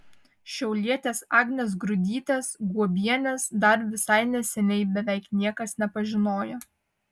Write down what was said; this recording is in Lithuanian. šiaulietės agnės grudytės guobienės dar visai neseniai beveik niekas nepažinojo